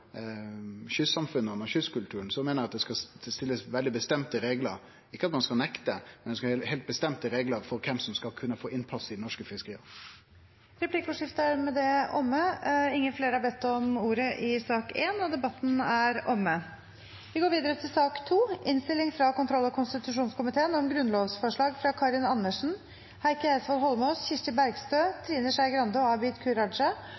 kystsamfunna og kystkulturen, meiner eg vi skal ha veldig bestemte reglar – ikkje at ein skal nekte, men at ein skal ha heilt bestemte reglar for kven som skal kunne få innpass i dei norske fiskeria. Replikkordskiftet er omme. Flere har ikke bedt om ordet til sak nr. 1. Grunnlovsforslaget som er